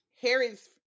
Harry's